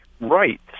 right